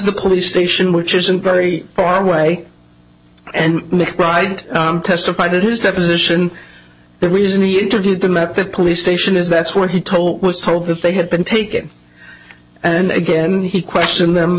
the police station which isn't very far away and mcbride testified at his deposition the reason he interviewed them at the police station is that's what he told was told that they had been taken and again he questioned them